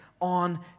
on